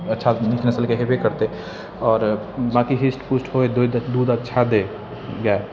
अच्छा नीक नसलके हेबे करतै आओर बाकी हिस्ट पुस्ट होइ दूध अच्छा दै